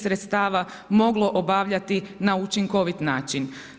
sredstava moglo obavljati na učinkovit način.